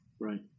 Right